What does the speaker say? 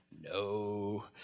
No